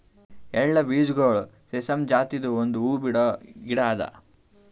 ಎಳ್ಳ ಬೀಜಗೊಳ್ ಸೆಸಾಮಮ್ ಜಾತಿದು ಒಂದ್ ಹೂವು ಬಿಡೋ ಗಿಡ ಅದಾ